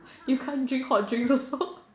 you can't drink hot drinks also